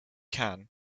can